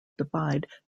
divide